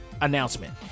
announcement